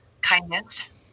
kindness